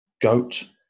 goat